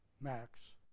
Max